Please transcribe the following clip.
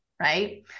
right